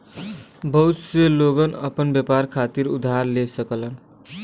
बहुत से लोग आपन व्यापार खातिर उधार ले सकलन